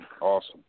awesome